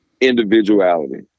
individuality